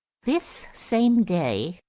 this same day,